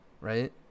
Right